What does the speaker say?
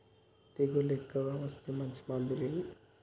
తెగులు ఎక్కువగా వస్తే మంచి మందులు ఏవి?